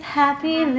happy